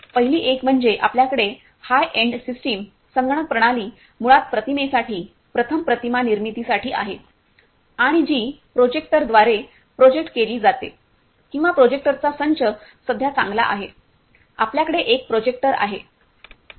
पहिली एक म्हणजे आपल्याकडे हाय एंड सिस्टम संगणकीय प्रणाली मुळात प्रतिमेसाठी प्रथम प्रतिमा निर्मिती साठी आहे आणि जी प्रोजेक्टरद्वारे प्रोजेक्ट केली जाते किंवा प्रोजेक्टरचा संच सध्या चांगला आहे आपल्याकडे एक प्रोजेक्टर आहे